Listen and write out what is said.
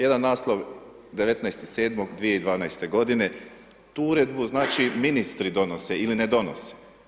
Jedan naslov 19.7.2012. godine, tu uredbu znači ministri donose ili ne donose.